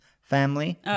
family